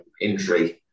injury